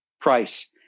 price